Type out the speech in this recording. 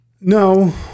no